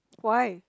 why